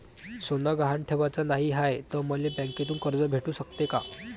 सोनं गहान ठेवाच नाही हाय, त मले बँकेतून कर्ज भेटू शकते का?